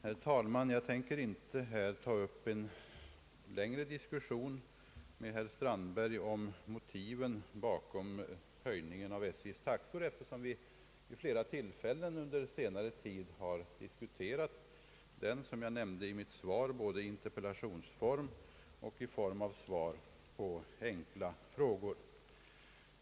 Herr talman! Jag tänker inte ta upp någon längre diskussion med herr Strandberg om motiven till höjningen av SJ:s taxor, eftersom vi, som jag nämnde i mitt svar, vid flera tillfällen under senare tid har diskuterat dem både i interpellationsform och i form av svar på enkla frågor.